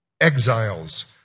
exiles